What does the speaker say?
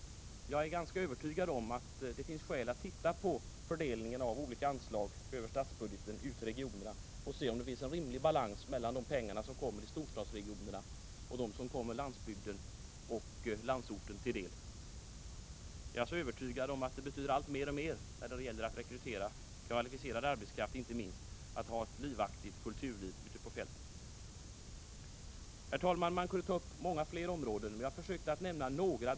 Jag är ganska övertygad om att det finns skäl att studera fördelningen av olika anslag över statsbudgeten ut till regionerna för att se om det finns en rimlig balans mellan de pengar som kommer storstadsregionerna till del och de pengar som kommer landsbygden och landsorten till del. Jag är även övertygad om att ett livaktigt kulturliv ute på fältet betyder mer och mer när det gäller att rekrytera kvalificerad arbetskraft. Herr talman! Man kan ta upp många fler områden, men jag har försökt nämna några.